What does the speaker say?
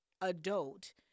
adult